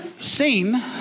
seen